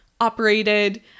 operated